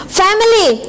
family